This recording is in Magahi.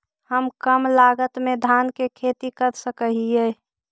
हम कम लागत में धान के खेती कर सकहिय?